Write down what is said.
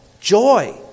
joy